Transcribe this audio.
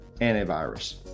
antivirus